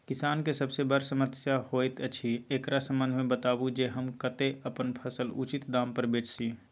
किसान के सबसे बर समस्या होयत अछि, एकरा संबंध मे बताबू जे हम कत्ते अपन फसल उचित दाम पर बेच सी?